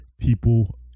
people